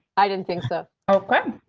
i didn't think so. oh, okay.